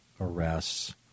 arrests